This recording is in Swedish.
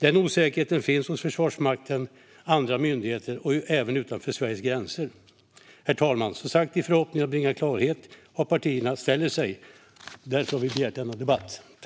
Den osäkerheten finns hos Försvarsmakten, andra myndigheter och även utanför Sveriges gränser. Herr ålderspresident! I förhoppning om att bringa klarhet i hur partierna ställer sig har vi begärt denna debatt.